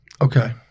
Okay